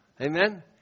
Amen